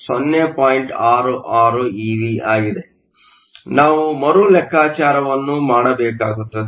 ಆದ್ದರಿಂದ ನಾವು ಮರು ಲೆಕ್ಕಾಚಾರವನ್ನು ಮಾಡಬೇಕಾಗುತ್ತದೆ